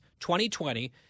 2020